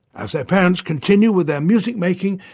as their parents continue with their music making,